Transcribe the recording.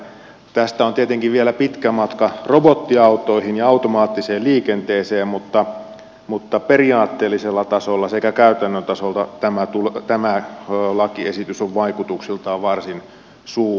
tästä on tietenkin vielä pitkä matka robottiautoihin ja automaattiseen liikenteeseen mutta periaatteellisella tasolla sekä käytännön tasolla tämä lakiesitys on vaikutuksiltaan varsin suuri